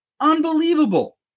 Unbelievable